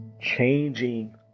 changing